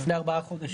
לפני ארבעה חודשים.